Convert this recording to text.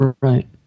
Right